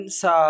sa